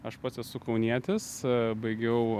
aš pats esu kaunietis baigiau